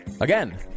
Again